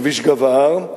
כביש גב ההר,